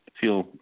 feel